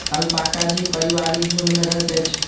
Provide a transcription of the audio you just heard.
alpaca जीव पारिवारिक झुण्ड में रहैत अछि